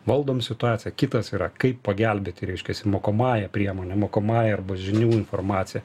valdom situaciją kitas yra kaip pagelbėti reiškiasi mokomąja priemone mokomąja arba žinių informacija